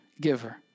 giver